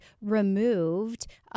removed